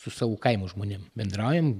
su savo kaimo žmonėm bendraujam